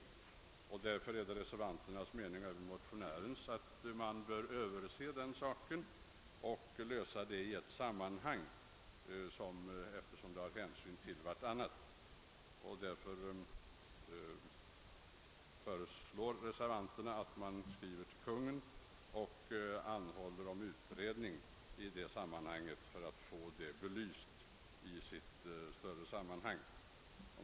Motionärerna och reservanterna anser att dessa frågor bör ses över och lösas i ett sammanhang. Reservanterna hemställer därför att riksdagen i skrivelse till Kungl. Maj:t anhåller om utredning för att få dessa frågor belysta i ett större sammanhang.